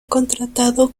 contratado